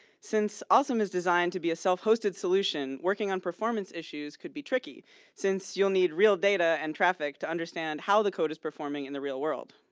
since osem is designed to be a self hosted solution, working on performance issues could be tricky since you'll need real data and traffic to understand how the code is performing in the real world.